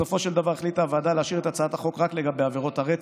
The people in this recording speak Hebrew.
בסופו של דבר החליטה הוועדה להשאיר את הצעת החוק רק לגבי עבירות הרצח,